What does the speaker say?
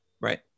Right